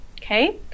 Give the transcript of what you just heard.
Okay